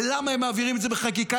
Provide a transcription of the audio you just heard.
ולמה הם מעבירים את זה בחקיקה,